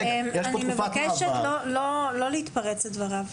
אני מבקשת לא להתפרץ לדבריו.